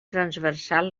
transversal